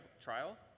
trial